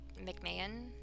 McMahon